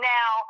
Now